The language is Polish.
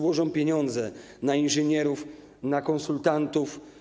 Chodzi o pieniądze na inżynierów, na konsultantów.